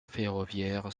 ferroviaires